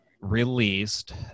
released